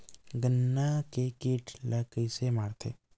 गन्ना के कीट ला कइसे मारथे?